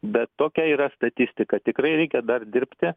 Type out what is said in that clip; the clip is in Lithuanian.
bet tokia yra statistika tikrai reikia dar dirbti